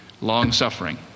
Long-suffering